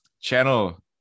channel